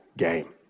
game